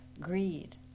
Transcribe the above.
greed